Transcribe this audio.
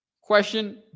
question